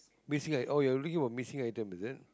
basically like oh you're looking for missing item is it